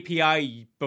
API